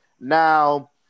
Now